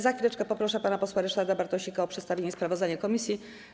Za chwileczkę poproszę pana posła Ryszarda Bartosika o przedstawienie sprawozdania komisji.